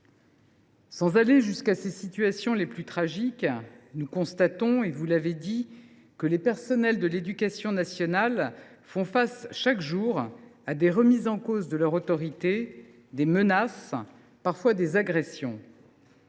aillent jusqu’à ces situations les plus tragiques, nous constatons, vous l’avez dit, que les personnels de l’éducation nationale font face chaque jour à des remises en cause de leur autorité, à des menaces, parfois à des agressions.